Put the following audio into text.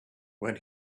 when